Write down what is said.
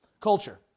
culture